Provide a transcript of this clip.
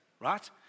right